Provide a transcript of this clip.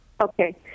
Okay